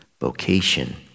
vocation